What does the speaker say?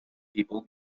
people